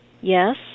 Yes